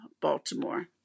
Baltimore